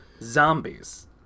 zombies